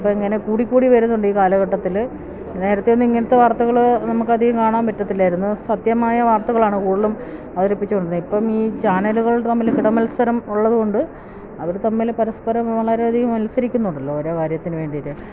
ഇപ്പോള് ഇങ്ങനെ കൂടിക്കൂടി വരുന്നുണ്ട് ഈ കാലഘട്ടത്തില് നേരത്തെയൊന്നും ഇങ്ങനത്തെ വാർത്തകള് നമുക്കധികം കാണാൻ പറ്റില്ലായിരുന്നു സത്യമായ വാർത്തകളാണ് കൂടുതലും അവതരിപ്പിച്ചുകൊണ്ടിരുന്നത് ഇപ്പം ഈ ചാനലുകൾ തമ്മില് കിടമത്സരമുള്ളത് കൊണ്ട് അവര് തമ്മില് പരസ്പരം വളരെയധികം മത്സരിക്കുന്നുണ്ടല്ലോ ഓരോ കാര്യത്തിന് വേണ്ടിയിട്ട്